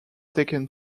taken